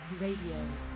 Radio